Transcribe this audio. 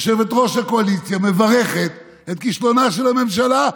יושבת-ראש הקואליציה מברכת על כישלונה של הממשלה,